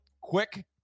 quick